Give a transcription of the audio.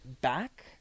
back